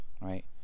right